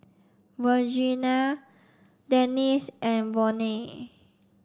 Virginia Dennis and Volney